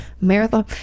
marathon